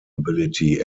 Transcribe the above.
ability